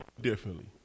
differently